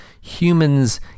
humans